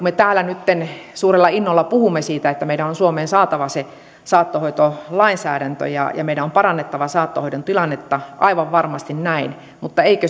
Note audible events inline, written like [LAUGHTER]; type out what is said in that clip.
[UNINTELLIGIBLE] me täällä nytten suurella innolla puhumme siitä että meidän on suomeen saatava se saattohoitolainsäädäntö ja ja meidän on parannettava saattohoidon tilannetta aivan varmasti näin mutta eikö